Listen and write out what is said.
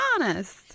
Honest